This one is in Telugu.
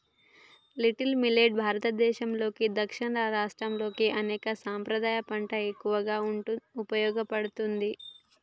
లిటిల్ మిల్లెట్ భారతదేసంలోని దక్షిణాది రాష్ట్రాల్లో అనేక సాంప్రదాయ పంటలలో ఎక్కువగా ఉపయోగించబడుతుంది